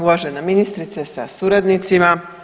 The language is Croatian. Uvažena ministrice sa suradnicima.